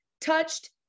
touched